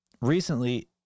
Recently